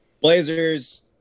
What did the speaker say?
Blazers